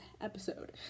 episode